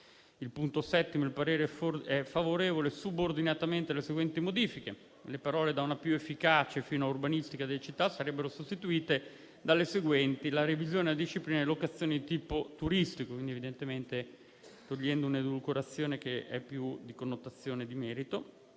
il parere è favorevole subordinatamente alle seguenti modifiche: le parole da «una più efficace» fino a «urbanistica delle città» sarebbero sostituite dalle parole «la revisione della disciplina delle locazioni di tipo turistico», quindi evidentemente eliminando una edulcorazione che ha più una connotazione di merito.